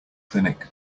clinic